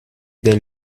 des